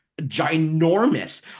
ginormous